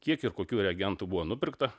kiek ir kokių regentų buvo nupirkta